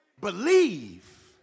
Believe